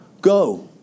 Go